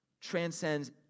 transcends